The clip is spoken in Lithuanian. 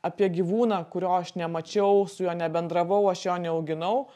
apie gyvūną kurio aš nemačiau su juo nebendravau aš jo neauginau